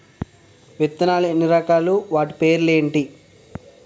విత్తనాలు ఎన్ని రకాలు, వాటి పేర్లు ఏంటి?